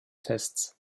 tests